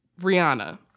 Rihanna